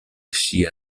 ŝia